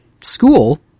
school